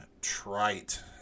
trite